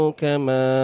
kama